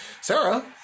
Sarah